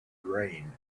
grain